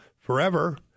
forever